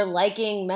liking